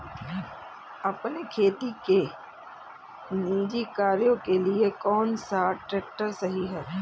अपने खेती के निजी कार्यों के लिए कौन सा ट्रैक्टर सही है?